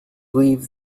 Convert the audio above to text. leave